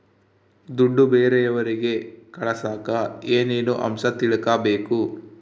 ದುಡ್ಡು ಬೇರೆಯವರಿಗೆ ಕಳಸಾಕ ಏನೇನು ಅಂಶ ತಿಳಕಬೇಕು?